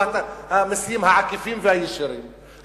שהוא המסים העקיפים והישירים.